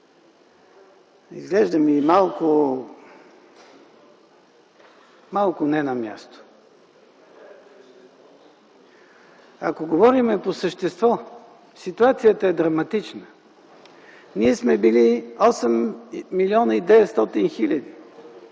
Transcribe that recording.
изглежда малко не на място. Ако говорим по същество, ситуацията е драматична. Ние сме били 8 млн. 900 хил.